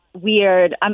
weird